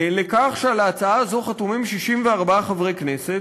לכך שעל ההצעה הזו חתומים 64 חברי כנסת,